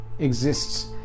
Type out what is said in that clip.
exists